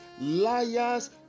Liars